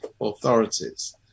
authorities